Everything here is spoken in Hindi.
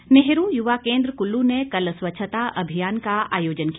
अभियान नेहरू युवा केंद्र कुल्लू ने कल स्वच्छता अभियान का आयोजन किया